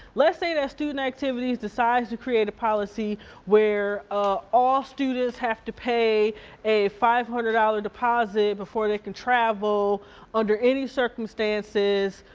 let's say that student activities decides to create a policy where ah all students have to pay a five hundred dollars deposit before they can travel under any circumstances,